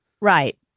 Right